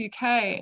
UK